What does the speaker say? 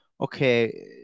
okay